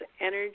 energy